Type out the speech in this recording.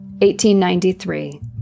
1893